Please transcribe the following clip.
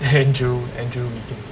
andrew andrew wiggins